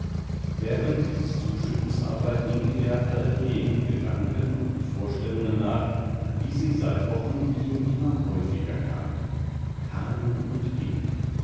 während dieses zuschüttens aber hing er all jenen gedanken und vorstellungen nach wie sie seit wochen ihm immer häufiger kamen kamen und gingen